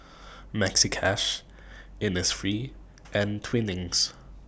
Maxi Cash Innisfree and Twinings